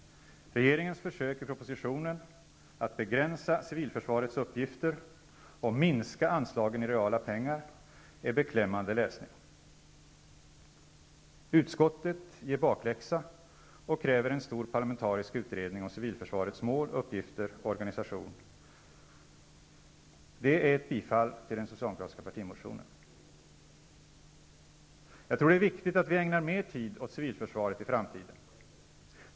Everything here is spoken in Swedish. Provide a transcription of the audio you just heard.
Regeringens försök i propositionen att begränsa civilförsvarets uppgifter och minska anslagen i reala pengar är beklämmande läsning. Utskottet ger bakläxa och kräver att en stor parlamentarisk utredning om civilförsvarets mål, uppgifter och organisation tillsätts. Det är ett bifall till den socialdemokratiska partimotionen. Jag tror att det är viktigt att vi ägnar mer tid åt civilförsvaret i framtiden.